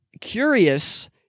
curious